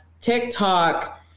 TikTok